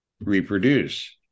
reproduce